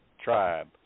tribe